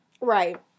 Right